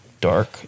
dark